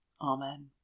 Amen